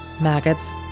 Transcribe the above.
maggots